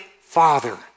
Father